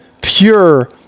pure